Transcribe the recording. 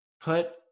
put